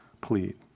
plead